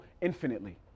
infinitely